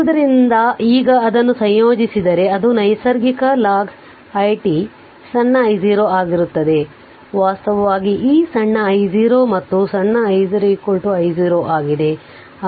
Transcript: ಆದ್ದರಿಂದ ಈಗ ಅದನ್ನು ಸಂಯೋಜಿಸಿದರೆ ಅದು ನೈಸರ್ಗಿಕ ಲಾಗ್ i t ಸಣ್ಣ I0 ಆಗಿರುತ್ತದೆ ವಾಸ್ತವವಾಗಿ ಈ ಸಣ್ಣ I0 ಮತ್ತು ಸಣ್ಣ I0 I0 ಆಗಿದೆ